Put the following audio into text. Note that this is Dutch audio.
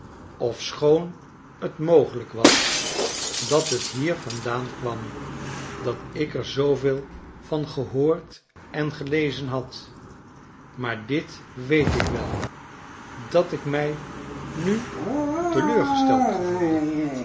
ofschoon t mogelijk was dat het hier vandaan kwam dat ik er zooveel van gehoord en gelezen had maar dit weet ik wel dat ik mij nu teleurgesteld gevoelde